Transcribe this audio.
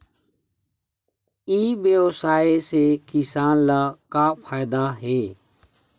ई व्यवसाय से किसान ला का फ़ायदा हे?